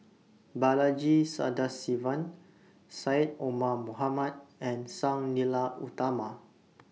Balaji Sadasivan Syed Omar Mohamed and Sang Nila Utama